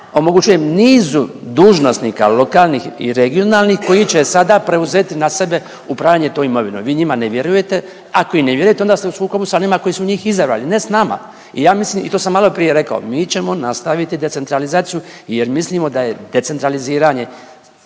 omogućuje nizu dužnosnika lokalnih i regionalnih koji će sada preuzeti na sebe upravljanje tom imovinom. Vi njima ne vjerujete, ako im ne vjerujete onda ste u sukobu sa onima koji su njih izabrali, ne s nama. I ja mislim i to sam maloprije rekao mi ćemo nastaviti decentralizaciju jer mislimo da je decentraliziranje